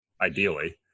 ideally